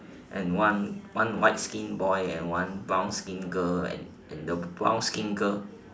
and one one white skin boy and one brown skin girl and the brown skin girl